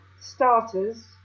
starters